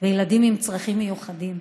וילדים עם צרכים מיוחדים.